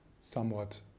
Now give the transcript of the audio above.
somewhat